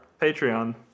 Patreon